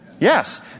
Yes